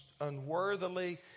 unworthily